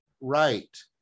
right